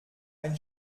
ein